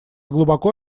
глубоко